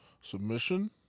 submission